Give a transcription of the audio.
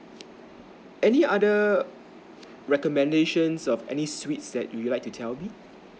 any other recommendations of any suite that you would like to tell me